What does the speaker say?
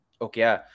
Okay